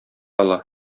ала